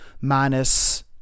minus